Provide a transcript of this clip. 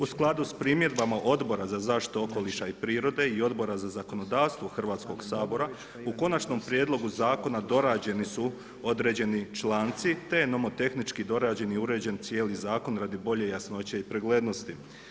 U skladu s primjedbama Odbora za zaštitu okoliša i prirode i Odbora za zakonodavstvo Hrvatskog sabora, u konačnom prijedlogu zakona dorađeni su određeni članci, te nomotehnički dorađen uređen cijeli zakon radi bolje jasnoće i preglednosti.